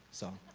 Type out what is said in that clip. so,